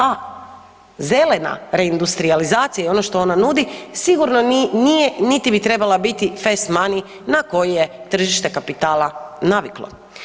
A zelena reindustrijalizacija i ono što ona nudi sigurno nije niti bi trebala biti fast money na koji je tržište kapitala naviklo.